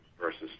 versus